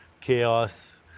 chaos